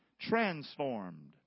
Transformed